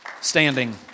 standing